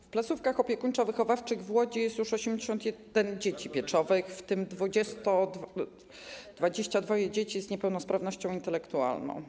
W placówkach opiekuńczo-wychowawczych w Łodzi jest już 81 dzieci pieczowych, w tym 22 dzieci z niepełnosprawnością intelektualną.